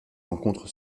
rencontre